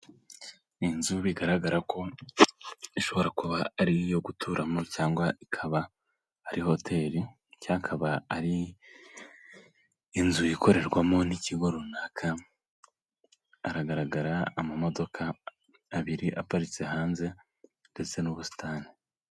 Ni inzu bigaragara ko ishobora kuba ari iyo guturamo cyangwa ikaba ari hoteri cyangwa akaba ari inzu ikorerwamo n'ikigo runaka, hagaragara amamodoka abiri aparitse hanze ndetse n'ubusitani.